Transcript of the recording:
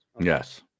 Yes